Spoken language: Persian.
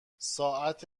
ساعت